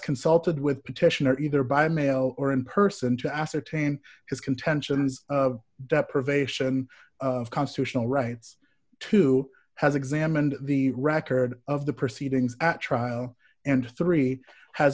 consulted with petitioner either by mail or in person to ascertain his contentions deprivation of constitutional rights to has examined the record of the proceedings at trial and three has